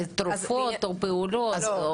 תרופות או פעולות.